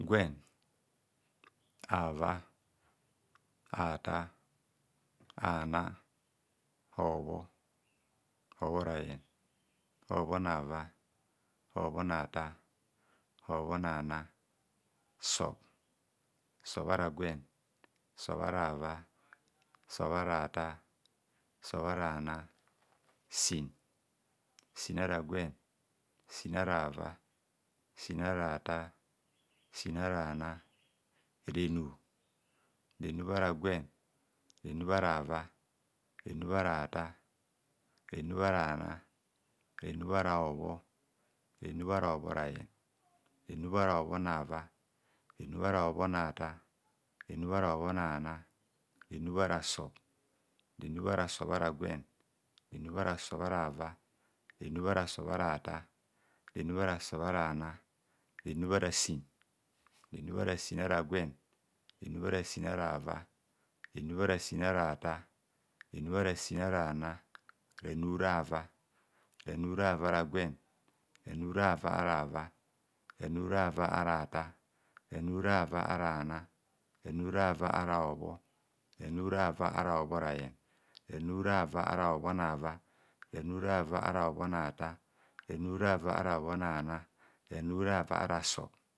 Gwen afa atar, ana obho obhora yen, obhonava obhona tar, obhonaana, sub, sub ara gwen, sub ara ava atar, sub ara ana, sin, sin ara gwen, sin ara ava, sin ara atar, sin ara ana, renub renub ara gwen renub ara ava, renub ara atar, renub ara ana, renub ara sin, renub ara sin ara gwen, renub ara sin ara ava, renub ara sin ara atar, renub ara sin ara ana, renu rava, ranu raua ara gwen, ranu rava ara ava, renu rava ara atar, ranu rava ara ana, renurava ara hobho ranu rava ara hobhora yen ranurava ara obhonava, ranhrava ara obhona atar, ranurava ara obhona, ranu rava ara sub.